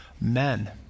Men